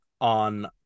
on